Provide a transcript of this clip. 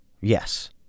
Yes